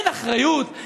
אין אחריות?